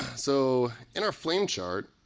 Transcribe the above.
so in our flame chart,